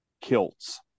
kilts